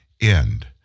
end